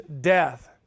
death